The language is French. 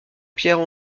pierre